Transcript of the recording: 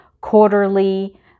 quarterly